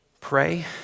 pray